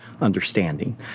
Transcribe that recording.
understanding